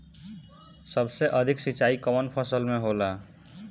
सबसे अधिक सिंचाई कवन फसल में होला?